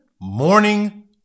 morning